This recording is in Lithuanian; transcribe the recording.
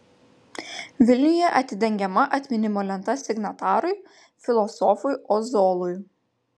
vilniuje atidengiama atminimo lenta signatarui filosofui ozolui